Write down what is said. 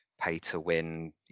pay-to-win